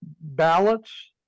ballots